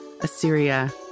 Assyria